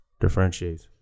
differentiates